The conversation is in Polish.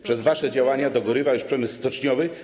Przez wasze działania dogorywa już przemysł stoczniowy.